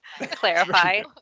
clarify